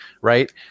right